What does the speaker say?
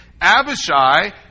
Abishai